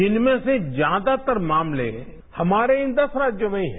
जिनमें से ज्यादातर मामले हमारे इन दस राज्योंमें ही हैं